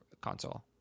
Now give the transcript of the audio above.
console